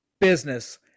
business